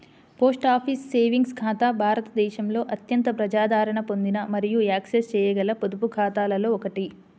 post office savings ఖాతా భారతదేశంలో అత్యంత ప్రజాదరణ పొందిన మరియు యాక్సెస్ చేయగల పొదుపు ఖాతాలలో ఒకటి